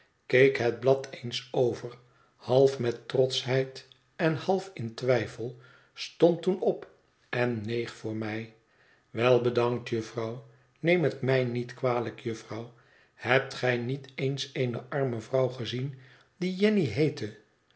keek het blad eens over half met trotschheid en half in twijfel stond toen op en neeg voor mij wel bedankt jufvrouw neem het mij niet kwalijk jufvrouw hebt gij niet eens eene arme vrouw gezien die jenny heette